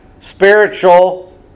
spiritual